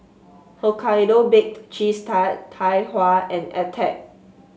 Hokkaido Baked Cheese Tart Tai Hua and Attack